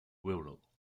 wirral